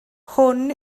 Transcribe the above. hwn